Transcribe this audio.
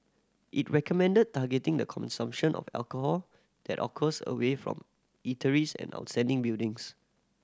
it recommended targeting the consumption of alcohol that occurs away from eateries and outside buildings